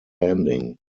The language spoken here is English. ending